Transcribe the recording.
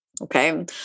Okay